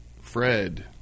Fred –